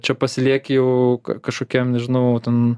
čia pasilieki jau kažkokiam nežinau ten